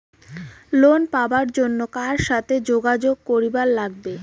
Loan পাবার জন্যে কার সাথে যোগাযোগ করিবার লাগবে?